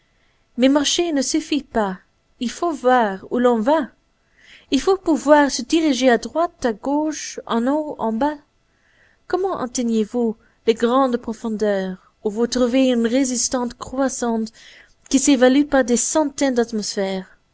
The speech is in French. mais marcher ne suffit pas il faut voir où l'on va il faut pouvoir se diriger à droite à gauche en haut en bas comment atteignez vous les grandes profondeurs où vous trouvez une résistance croissante qui s'évalue par des centaines d'atmosphères